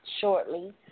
shortly